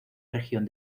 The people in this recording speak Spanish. región